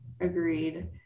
Agreed